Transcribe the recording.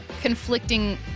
conflicting